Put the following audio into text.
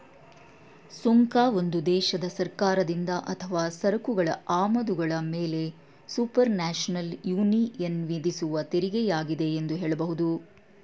ಸುಂಕ ಒಂದು ದೇಶದ ಸರ್ಕಾರದಿಂದ ಅಥವಾ ಸರಕುಗಳ ಆಮದುಗಳ ಮೇಲೆಸುಪರ್ನ್ಯಾಷನಲ್ ಯೂನಿಯನ್ವಿಧಿಸುವತೆರಿಗೆಯಾಗಿದೆ ಎಂದು ಹೇಳಬಹುದು